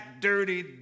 dirty